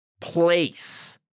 place